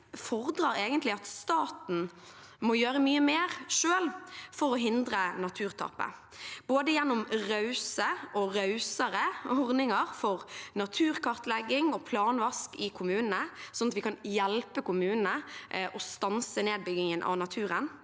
fordrer egentlig at staten må gjøre mye mer selv for å hindre naturtapet, både gjennom rause og rausere ordninger for naturkartlegging og planvask i kommunene, sånn at vi kan hjelpe kommunene til å stanse nedbyggingen av naturen,